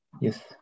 Yes